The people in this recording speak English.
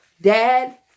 dad